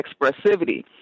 expressivity